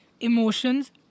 emotions